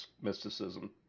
mysticism